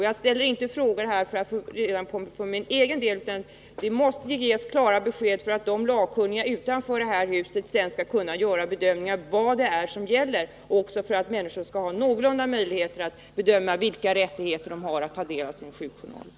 Jag ställer inte frågor här för min egen del, utan det måste ges klara besked för att de lagkunniga utanför det här huset sedan skall kunna göra bedömningar av vad det är som gäller och också för att människor skall ha någorlunda goda möjligheter att bedöma vilka rättigheter de har att ta del av sina sjukjournaler.